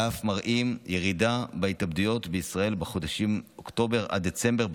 ואף מראים ירידה בהתאבדויות בישראל בחודשים אוקטובר עד דצמבר,